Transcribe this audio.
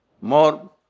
more